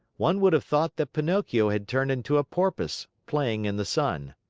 one would have thought that pinocchio had turned into a porpoise playing in the sun.